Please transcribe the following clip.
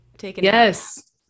Yes